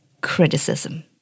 criticism